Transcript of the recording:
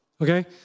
Okay